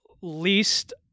least